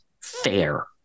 fair